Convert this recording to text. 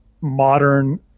modern